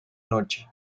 noche